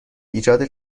ایجاد